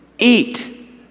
Eat